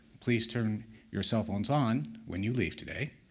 please turn your cellphones on when you leave today.